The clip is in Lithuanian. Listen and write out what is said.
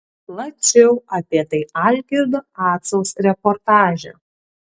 plačiau apie tai algirdo acaus reportaže